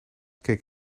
keek